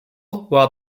war